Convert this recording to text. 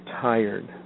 tired